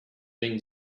been